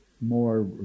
more